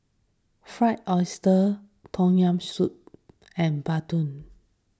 Fried Oyster Tom Yam Soup and Bandung